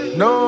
no